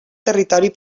territori